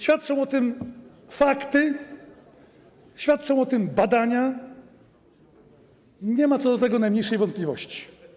Świadczą o tym fakty, świadczą o tym badania, nie ma co do tego najmniejszych wątpliwości.